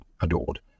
adored